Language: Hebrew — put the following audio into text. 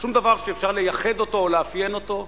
שום דבר שאפשר לייחד אותו או שאפשר לאפיין אותו.